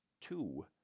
two